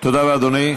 תודה רבה, אדוני.